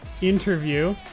interview